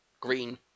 green